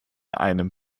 einem